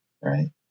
right